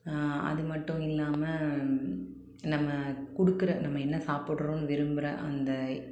அது மட்டும் இல்லாமல் நம்ம கொடுக்குற நம்ம என்ன சாப்பிட்றோம் விரும்புகிற அந்த